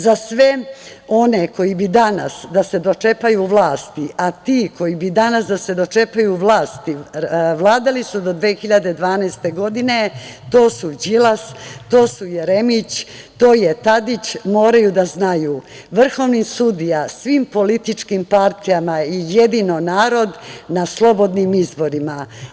Za sve one koji bi danas da se dočepaju vlasti, a ti koji bi danas da se dočepaju vlasti, vladali su do 2012. godine, to su Đilas, Jeremić, Tadić, moraju da znaju, vrhovni sudija svim političkim partijama je jedino narod na slobodnim izborima.